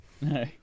No